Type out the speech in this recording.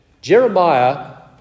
Jeremiah